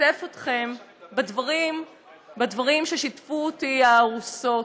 בדברים ששיתפו אותי הארוסות: